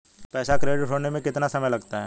पैसा क्रेडिट होने में कितना समय लगता है?